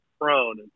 prone